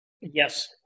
Yes